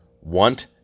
want